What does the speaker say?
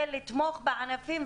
ולתמוך בענפים,